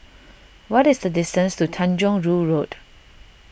what is the distance to Tanjong Rhu Road